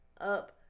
up